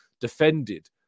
defended